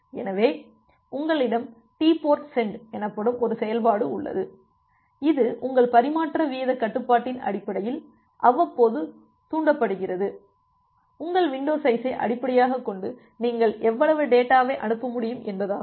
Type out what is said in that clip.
எனவே உங்களிடம் டிபோர்ட்சென்டு எனப்படும் ஒரு செயல்பாடு உள்ளது இது உங்கள் பரிமாற்ற வீதக் கட்டுப்பாட்டின் அடிப்படையில் அவ்வப்போது தூண்டப்படுகிறது உங்கள் வின்டோ சைஸை அடிப்படையாகக் கொண்டு நீங்கள் எவ்வளவு டேட்டாவை அனுப்ப முடியும் என்பதாகும்